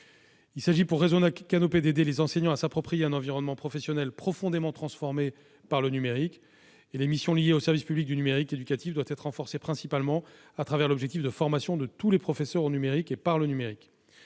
Il s'agit pour le réseau Canopé d'aider les enseignants à s'approprier un environnement professionnel profondément transformé par le numérique. Les missions liées au service public du numérique éducatif doivent être renforcées, principalement à travers l'objectif de formation de tous les professeurs au numérique et par le numérique.